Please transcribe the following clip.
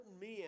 men